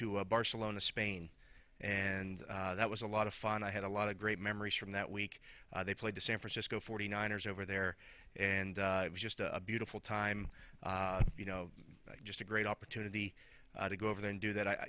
to barcelona spain and that was a lot of fun i had a lot of great memories from that week they played the san francisco forty nine ers over there and it was just a beautiful time you know just a great opportunity to go over there and do that i